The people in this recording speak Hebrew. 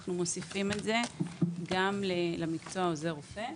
אנחנו מוסיפים את זה גם למקצוע עוזר רופא.